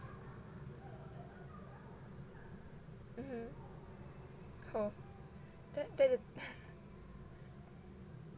mm oh